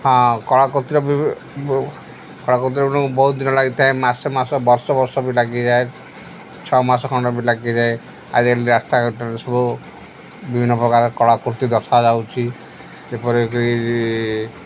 ହଁ କଳାକୃତିର କଳାକୃତିର ବହୁତ ଦିନ ଲାଗିଥାଏ ମାସ ମାସ ବର୍ଷ ବର୍ଷ ବି ଲାଗିଯାଏ ଛଅ ମାସ ଖଣ୍ଡ ବି ଲାଗିଯାଏ ଆଜିକାଲି ରାସ୍ତାଘାଟରେ ସବୁ ବିଭିନ୍ନପ୍ରକାର କଳାକୃତି ଦର୍ଶାଯାଉଛି ଯେପରିକି